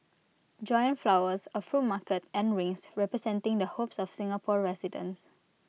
giant flowers A fruit market and rings representing the hopes of Singapore residents